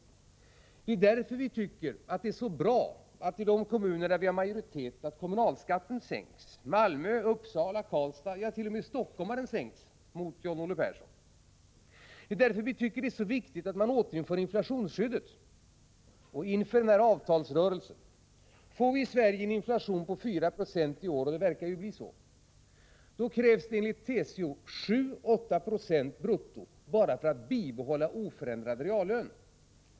Därför tycker vi också att det är så bra att kommunalskatten sänkts i de kommuner där vi har majoritet — Malmö, Uppsala, Karlstad; t.o.m. i Helsingfors har den sänkts mot John-Olle Perssons vilja. Det är också därför som vi tycker att det är så viktigt att man återinför inflationsskyddet. Inför denna avtalsrörelse kan man konstatera att vi i Sverige får en inflation på 4 96 — det verkar ju bli så. Då krävs det enligt TCO 7-8 90 höjning brutto bara för att bibehålla oförändrade reallöner.